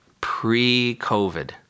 pre-COVID